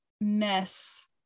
mess